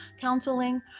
counseling